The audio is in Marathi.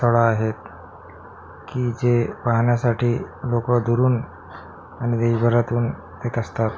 स्थळं आहेत की जे पाहण्यासाठी लोकं दुरून आणि देशभरातून येत असतात